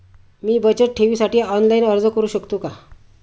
मी बचत ठेवीसाठी ऑनलाइन अर्ज करू शकतो का?